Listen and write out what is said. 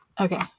Okay